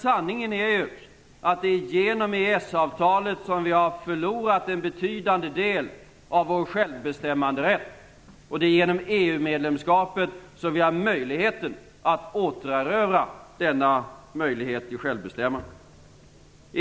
Sanningen är ju att det är genom EES-avtalet som vi har förlorat en betydande del av vår självbestämmanderätt och att det är genom EU medlemskapet som vi kan återerövra möjligheten till självbestämmande.